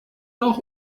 auch